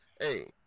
hey